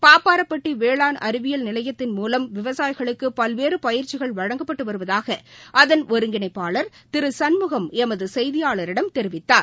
பாப்பாரப்பட்டி வேளாண் அறிவியல் நிலையத்தின் மூலம் விவசாயிகளுக்கு பல்வேறு பயிற்சிகள் வழங்கப்பட்டு வருவதாக அதன் ஒருங்கிணைப்பாளர் திரு சண்முகம் எமது கெய்தியாளரிடம் தெரிவித்தார்